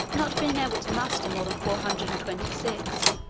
not being able to muster more than four hundred and twenty six,